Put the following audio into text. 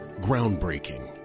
Groundbreaking